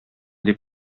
дип